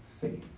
faith